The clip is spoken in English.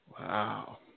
Wow